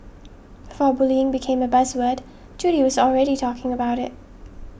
for bullying became a buzz word Judy was already talking about it